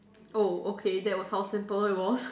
oh okay that was how simple it was